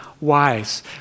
wise